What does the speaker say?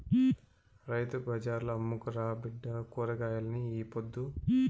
రైతు బజార్ల అమ్ముకురా బిడ్డా కూరగాయల్ని ఈ పొద్దు